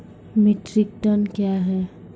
Metric ton कया हैं?